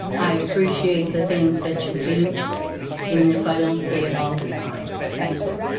i appreciate the things that you do even if i don't say it all the time. thank you.